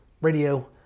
Radio